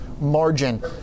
margin